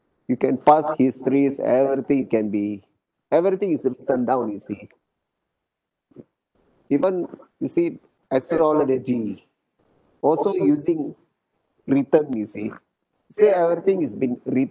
it can pass histories everything it can be everything is written down you see even you see astrology also using written you see see everything has been written